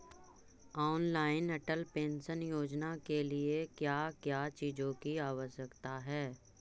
Online अटल pension योजना के लिए क्या क्या चीजों की आवश्यकता है?